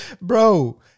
Bro